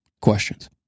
questions